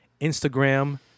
Instagram